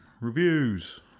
Reviews